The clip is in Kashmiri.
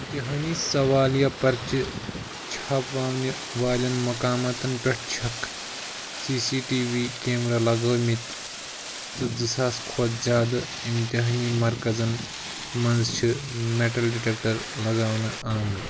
اِمتحٲنی سوالیہ پَرچہٕ چھاپواونہِ والٮ۪ن مقاماتَن پٮ۪ٹھ چھَکھ C C T V camera لگٲومٕتۍ تہٕ زٕ ساس کھۄتہٕ زیادٕ اِمتحٲنی مرکزَن منٛز چھِ مٮ۪ٹل ڈِٹٮ۪كٹَر لگاونہٕ آمٕتۍ